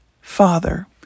Father